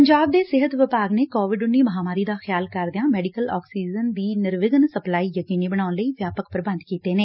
ਪੰਜਾਬ ਦੇ ਸਿਹਤ ਵਿਭਾਗ ਨੇ ਕੋਵਿਡ ਮਹਾਂਮਾਰੀ ਦਾ ਖਿਆਲ ਕਰਦਿਆਂ ਮੈਡੀਕਲ ਆਕਸੀਜਨ ਦੀ ਨਿਰਵਿਘਨ ਸਪਲਾਈ ਯਕੀਨੀ ਬਣਾਉਣ ਲਈ ਵਿਆਪਕ ਪ੍ਰਬੰਧ ਕੀਤੇ ਨੇ